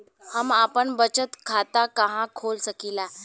हम आपन बचत खाता कहा खोल सकीला?